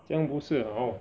这样不是好